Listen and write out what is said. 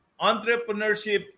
entrepreneurship